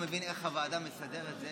עד עכשיו אני לא מבין איך הוועדה מסדרת את זה,